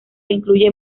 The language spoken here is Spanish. incluye